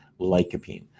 lycopene